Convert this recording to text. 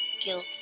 guilt